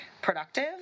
productive